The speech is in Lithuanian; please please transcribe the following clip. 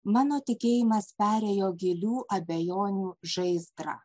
mano tikėjimas perėjo gilių abejonių žaizdrą